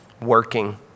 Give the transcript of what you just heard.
working